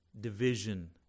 division